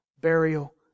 burial